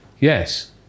Yes